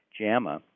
JAMA